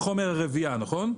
הריבוי.